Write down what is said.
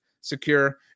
secure